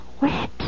wet